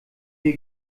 wir